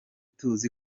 tuzi